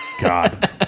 God